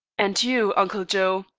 and you, uncle joe,